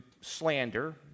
slander